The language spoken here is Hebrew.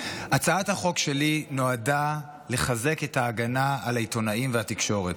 הצעת החוק שלי נועדה לחזק את ההגנה על העיתונאים והתקשורת,